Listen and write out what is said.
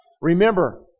Remember